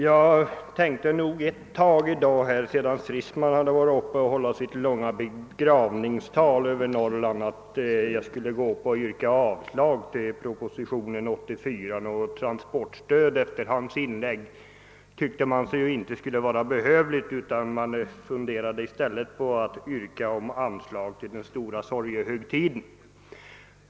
Jag tänkte ett ögonblick, sedan herr Stridsman hade hållit sitt långa begravningstal över Norrland, att jag borde gå upp och yrka avslag på propositionen 84, ty efter hans inlägg verkade det inte behövligt med något transportstöd. I stället funderade jag på att begära anslag till den stora sorgehögtiden.